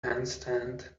handstand